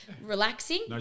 relaxing